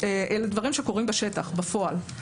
אלה דברים שקורים בשטח, בפועל.